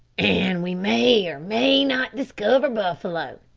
an' we may or may not diskiver buffalo.